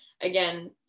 again